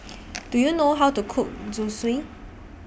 Do YOU know How to Cook Zosui